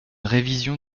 révision